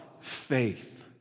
Faith